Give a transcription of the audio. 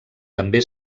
també